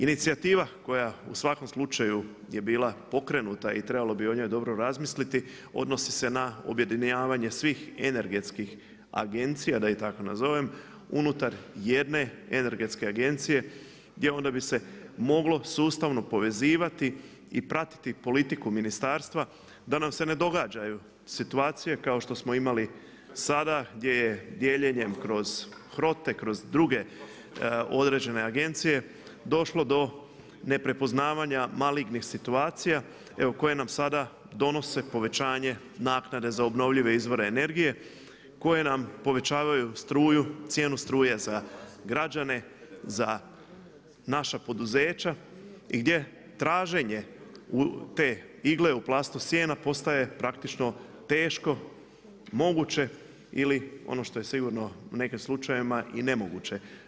Inicijativa koja u svakom slučaju je bila pokrenuta i trebalo bi o njoj dobro razmisliti, odnosi se na objedinjavanje svih energetskih agencija da ih tako nazovem unutar jedne energetske agencije gdje bi se moglo onda sustavno povezivati i pratiti politiku ministarstva, da nam se ne događaju situacije kao što smo imali sada gdje je dijeljenjem kroz HROTE kroz druge određene agencije došlo do neprepoznavanja malignih situacija evo koje nam sada donose povećanje naknade za obnovljive izvore energije koje nam povećavaju struju, cijenu struje za građane, za naša poduzeća i gdje traženje te igle u plastu sijena postaje praktično teško moguće ili ono što je sigurno u nekim slučajevima i nemoguće.